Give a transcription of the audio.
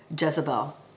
Jezebel